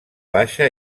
baixa